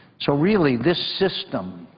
so really, this system